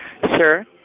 Sir